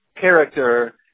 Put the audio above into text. character